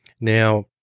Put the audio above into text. Now